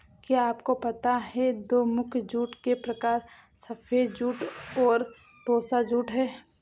क्या आपको पता है दो मुख्य जूट के प्रकार सफ़ेद जूट और टोसा जूट है